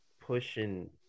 pushing